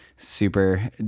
super